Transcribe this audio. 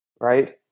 right